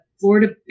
Florida